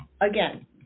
again